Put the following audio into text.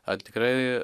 ar tikrai